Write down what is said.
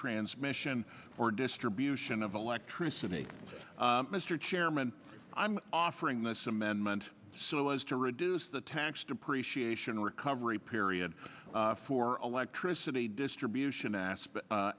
transmission or distribution of electricity mr chairman i'm offering this amendment so as to reduce the tax depreciation recovery period for electricity distribution aspe